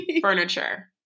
furniture